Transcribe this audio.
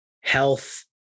Health